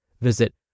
Visit